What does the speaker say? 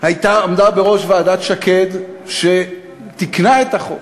עמדה בראש ועדת שקד שתיקנה את החוק.